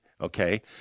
okay